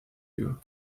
you